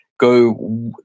go